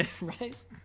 Right